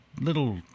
little